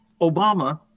Obama